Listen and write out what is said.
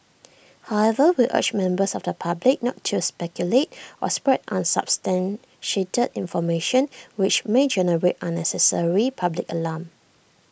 however we urge members of the public not to speculate or spread unsubstantiated information which may generate unnecessary public alarm